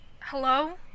Hello